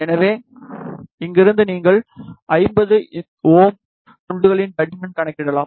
எனவே இங்கிருந்து நீங்கள் 50Ω துண்டுகளின் தடிமன் கணக்கிடலாம்